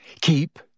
Keep